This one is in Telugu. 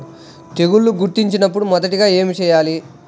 తెగుళ్లు గుర్తించినపుడు మొదటిగా ఏమి చేయాలి?